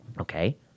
Okay